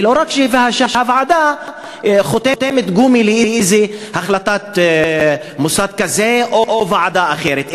לא רק שהוועדה תהיה חותמת גומי לאיזה החלטת מוסד כזה או ועדה אחרת,